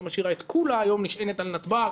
לא משאירה את כולה היום נשענת על נתב"ג.